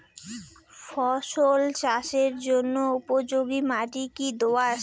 ফসল চাষের জন্য উপযোগি মাটি কী দোআঁশ?